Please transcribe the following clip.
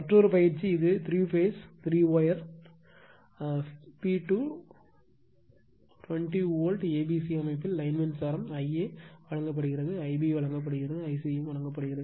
மற்றொரு பயிற்சி இது three phase three wire P2 20 volt a b c அமைப்பில் லைன் மின்சாரம் Ia வழங்கப்படுகிறது Ib வழங்கப்படுகிறது Ic வழங்கப்படுகிறது